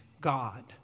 God